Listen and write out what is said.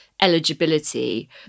eligibility